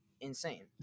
insane